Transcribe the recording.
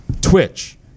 Twitch